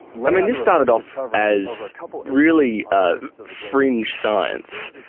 i mean this started off as really fringe science.